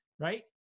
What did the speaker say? right